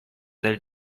del